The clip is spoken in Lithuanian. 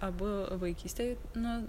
abu vaikystėj nu